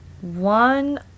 One